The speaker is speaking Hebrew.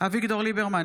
אביגדור ליברמן,